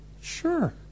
sure